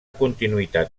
continuïtat